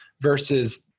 versus